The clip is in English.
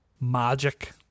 magic